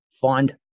find